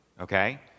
okay